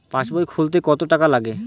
পাশবই খুলতে কতো টাকা লাগে?